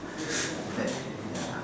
that ya